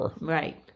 Right